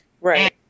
Right